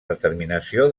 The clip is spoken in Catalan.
determinació